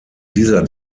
dieser